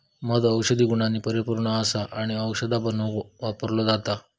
मध औषधी गुणांनी परिपुर्ण असा आणि औषधा बनवुक वापरलो जाता